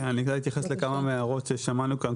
כן, אני אתייחס לכמה מההערות ששמענו כאן.